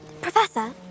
Professor